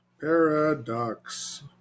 paradox